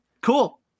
cool